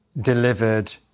delivered